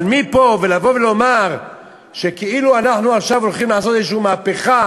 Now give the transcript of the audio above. אבל מפה ועד לבוא ולומר שכאילו אנחנו עכשיו הולכים לעשות איזושהי מהפכה?